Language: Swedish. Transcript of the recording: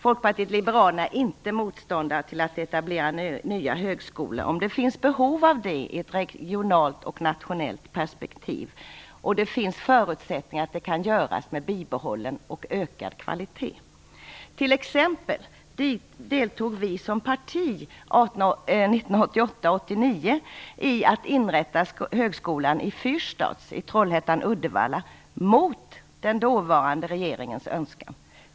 Folkpartiet liberalerna är inte motståndare till att etablera nya högskolor om det finns behov av det i ett regionalt och nationellt perspektiv och det finns förutsättningar att det kan göras med bibehållen och ökad kvalitet. Vi deltog t.ex. som parti 1988/89 i att inrätta högskolan i Fyrstad, Trollhättan-Uddevalla, mot den dåvarande regeringens önskan.